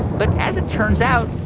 but as it turns out,